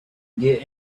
get